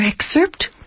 excerpt